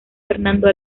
fernando